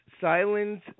silence